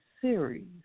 series